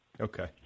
Okay